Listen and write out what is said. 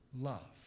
Love